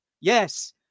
yes